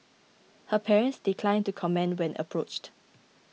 her parents declined to comment when approached